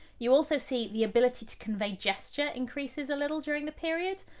you also see the ability to convey gesture increases a little during the period.